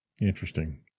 Interesting